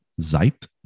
Zeit